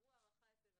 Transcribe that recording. עברו הערכה אצל השפ"ח.